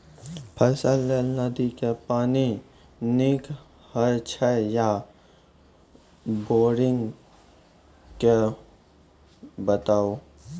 फसलक लेल नदी के पानि नीक हे छै या बोरिंग के बताऊ?